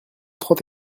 trente